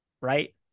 right